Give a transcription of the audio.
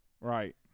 right